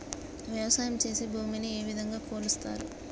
వ్యవసాయం చేసి భూమిని ఏ విధంగా కొలుస్తారు?